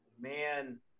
Man